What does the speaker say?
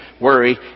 Worry